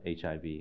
HIV